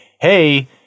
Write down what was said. hey